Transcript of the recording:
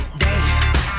dance